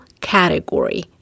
category